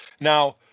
Now